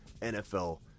NFL